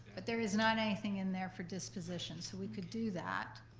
but there is not anything in there for disposition, so we could do that.